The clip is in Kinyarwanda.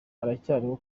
aracyariho